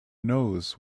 knows